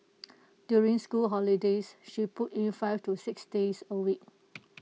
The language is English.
during school holidays she puts in five to six days A week